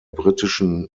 britischen